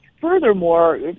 Furthermore